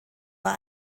war